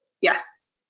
Yes